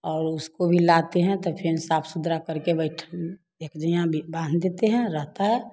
और उसको भी लाते हैं तो फिर साफ़ सुथरा करके बैठ एक जगह भी बाँध देते हैं रहता है